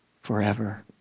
forever